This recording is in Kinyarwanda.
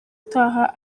utaha